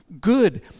Good